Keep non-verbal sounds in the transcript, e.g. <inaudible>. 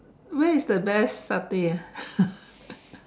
where is the best satay ah <laughs>